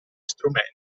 strumenti